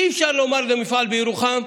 אי-אפשר לומר למפעל בירוחם: